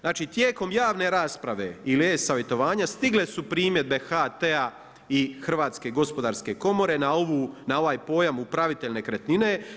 Znači, tijekom javne rasprave ili e-savjetovanja stigle su primjedbe HT-a i Hrvatske gospodarske komore na ovaj pojam upravitelj nekretnine.